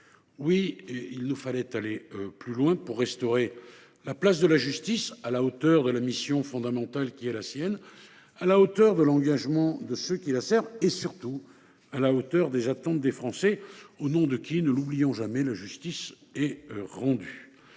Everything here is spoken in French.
Oui, il nous fallait aller plus loin pour restaurer la place de la justice à la hauteur de la mission fondamentale qui est la sienne, de l’engagement de ceux qui la servent et, surtout, des attentes des Français, au nom desquels, ne l’oublions jamais, elle est rendue.